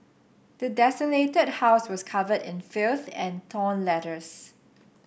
the desolated house was covered in filth and torn letters